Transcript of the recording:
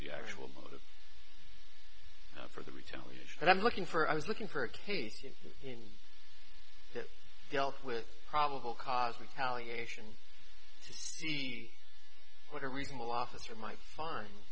the actual motive for the retaliation i'm looking for i was looking for a case in that dealt with probable cause mcnally ation to what a reasonable officer might find